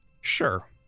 Sure